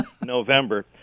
November